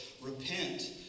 repent